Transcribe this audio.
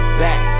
back